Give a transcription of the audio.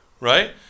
right